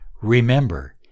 Remember